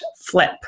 flip